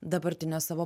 dabartinio savo